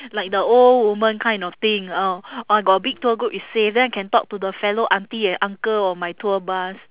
like the old woman kind of thing oh I got a big tour group is safe then I can talk to the fellow auntie and uncle on my tour bus